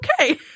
okay